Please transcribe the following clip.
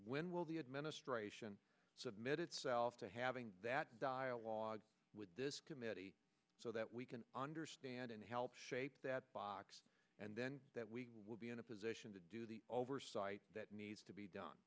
when will the administration submitted to having that dialogue with this committee so that we can understand and help shape that box and then that we will be in a position to do the oversight that needs to be done